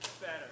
Better